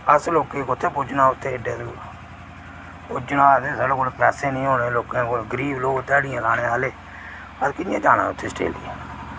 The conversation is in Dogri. अस लोकें कुत्थै पुज्जना उत्थै एड्डे दूर पुज्जना ते साढ़े कोल पैसे निं होने लोकें कोल गरीब लोक ध्याड़ियां लाने आह्ले अस कि'यां जाना उत्थै आस्ट्रेलिया